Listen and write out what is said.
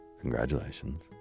congratulations